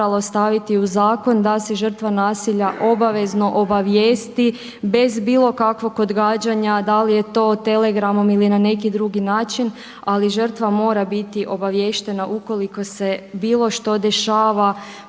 da se žrtva nasilja obavezno obavijesti bez bilo kakvog odgađanja da li je to telegramom ili na neki drugi način ali žrtva mora biti obaviještena ukoliko se bilo što dešava